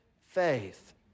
faith